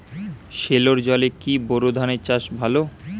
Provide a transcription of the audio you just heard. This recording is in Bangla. সেলোর জলে কি বোর ধানের চাষ ভালো?